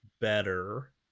better